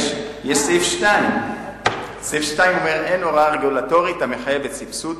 יש סעיף 2. סעיף 2 אומר: אין הוראה רגולטורית המחייבת סבסוד